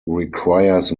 requires